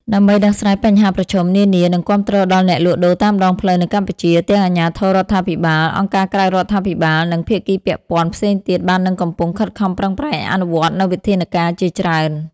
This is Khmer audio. ដើម្បីដោះស្រាយបញ្ហាប្រឈមនានា និងគាំទ្រដល់អ្នកលក់ដូរតាមដងផ្លូវនៅកម្ពុជា ទាំងអាជ្ញាធររដ្ឋាភិបាល អង្គការក្រៅរដ្ឋាភិបាល និងភាគីពាក់ព័ន្ធផ្សេងទៀត បាននិងកំពុងខិតខំប្រឹងប្រែងអនុវត្តនូវវិធានការជាច្រើន ។